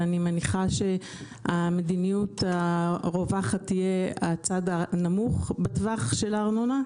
ואני מניחה שהמדיניות הרווחת תהיה הצד הנמוך בטווח של הארנונה,